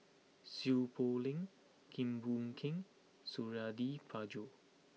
Seow Poh Leng Keng Boon Keng and Suradi Parjo